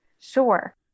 Sure